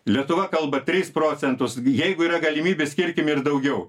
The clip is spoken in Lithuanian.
lietuva kalba tris procentus jeigu yra galimybės skirkim ir daugiau